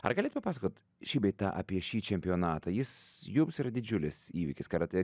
ar galit papasakot šį bei tą apie šį čempionatą jis jums yra didžiulis įvykis karatė